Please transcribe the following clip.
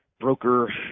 broker